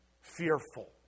fearful